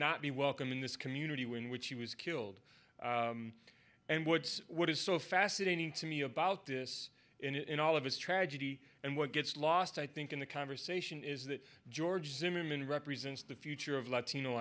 not be welcome in this community when which he was killed and what's what is so fascinating to me about this in all of his tragedy and what gets lost i think in the conversation is that george zimmerman represents the future of latino